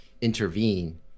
intervene